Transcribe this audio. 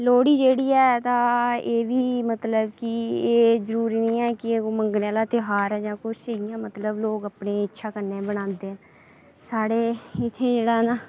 लोह्ड़ी जेह्ड़ी ऐ तां एह्बी मतलब कि एह् जरूरी निं ऐ कि मंगने आह्ला ध्यार ऐ जां कुछ इ'यां लोक मतलब ऐ अपने इच्छा कन्नै मनांदे साढ़े इत्थै जेह्ड़ा ना